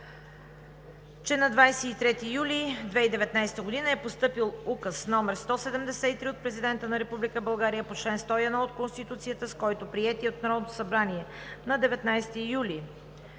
че на 23 юли 2019 г. е постъпил Указ № 173 от Президента на Република България по чл. 101 от Конституцията, с който приетият от Народното събрание на 19 юли